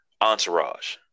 entourage